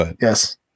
Yes